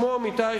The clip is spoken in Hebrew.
כמו עמיתי,